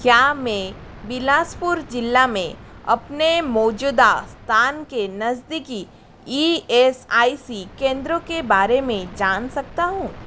क्या मैं बिलासपुर जिला में अपने मौजूदा स्थान के नज़दीकी ई एस आई सी केंद्रों के बारे में जान सकता हूँ